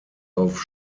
auf